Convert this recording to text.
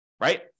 right